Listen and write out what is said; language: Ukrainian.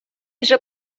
вже